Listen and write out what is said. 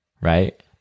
Right